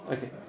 Okay